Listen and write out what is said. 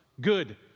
Good